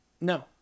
No